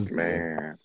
man